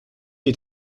est